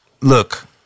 look